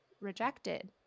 rejected